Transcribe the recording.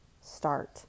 start